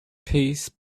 peace